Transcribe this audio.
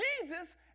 jesus